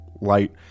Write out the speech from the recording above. Light